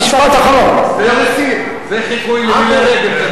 זה חיקוי למירי רגב.